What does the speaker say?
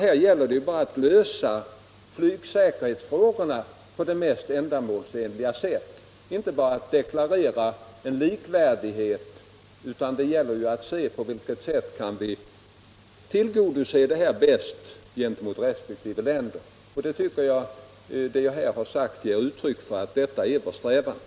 Här gäller det att lösa flygsäkerhetsfrågorna på det mest ändamålsenliga sättet — inte bara att deklarera en likvärdighet - gentemot resp. länder. Jag tycker att vad jag här har sagt ger uttryck för att detta är vår strävan.